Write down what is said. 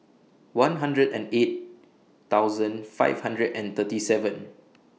one hundred and eight thousand five hundred and thirty seven